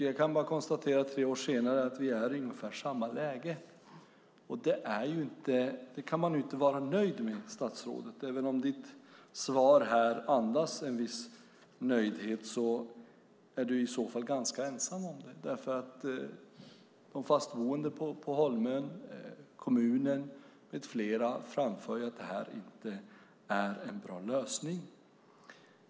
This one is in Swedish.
Jag kan bara konstatera att tre år senare är vi i samma läge. Det kan man inte vara nöjd med, statsrådet. Även om statsrådets svar andas en viss nöjdhet är hon ensam om det. De fastboende på Holmön, kommunen med flera framför att det här inte är en bra lösning.